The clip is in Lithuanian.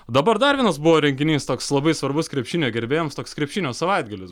dabar dar vienas buvo reginys toks labai svarbus krepšinio gerbėjams toks krepšinio savaitgalis